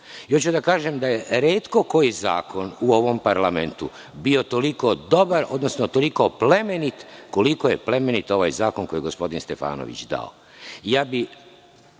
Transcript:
da kažem da je retko koji zakon u ovom parlamentu bio toliko dobar, odnosno toliko plemenit, koliko je plemenit ovaj zakon koji je gospodin Stefanović dao. Ja bih